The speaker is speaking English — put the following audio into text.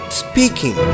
speaking